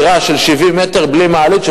דירה של 70 מטר בלי מעלית,